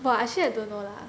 !wah! actually I don't know lah